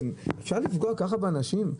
אפשר לפגוע כך באנשים?